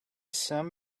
sun